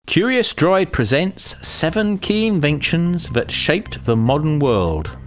curious droid presents seven key inventions that shaped the modern world.